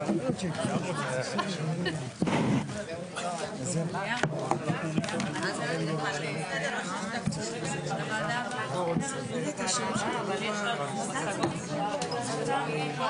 12:36.